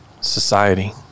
society